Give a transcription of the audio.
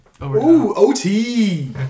OT